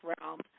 realm